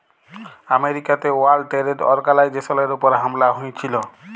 আমেরিকাতে world trade অর্গালাইজেশলের উপর হামলা হঁয়েছিল